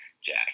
Jack